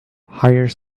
hires